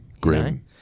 grim